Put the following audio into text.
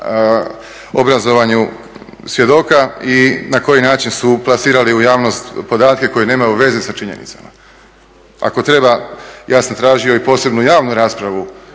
obrazovanju svjedoka i na koji način su plasirali u javnost podatke koji nemaju veze sa činjenicama. Ako treba, ja sam tražio i posebnu javnu raspravu